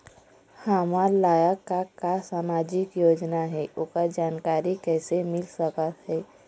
हमर लायक का का सामाजिक योजना हे, ओकर जानकारी कइसे मील सकत हे?